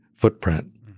footprint